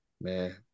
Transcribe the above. man